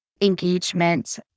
engagement